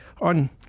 on